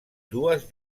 dues